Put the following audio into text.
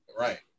Right